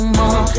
more